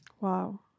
Wow